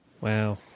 Wow